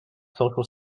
social